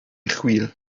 chwil